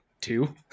two